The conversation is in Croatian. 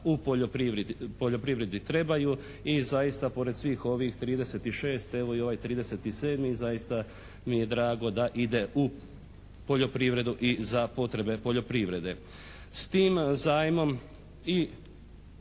u poljoprivredi trebaju i zaista pored svih ovih 36 evo i ovaj 37. Zaista mi je drago da ide u poljoprivredu i za potrebe poljoprivrede. S tim zajmom i